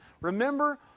Remember